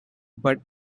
but